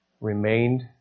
remained